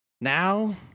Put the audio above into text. Now